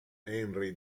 henri